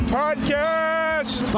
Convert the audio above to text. podcast